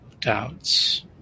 doubts